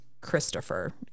Christopher